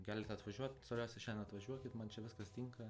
galit atvažiuot svarbiausia šiandien atvažiuokit man čia viskas tinka